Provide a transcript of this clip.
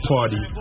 Party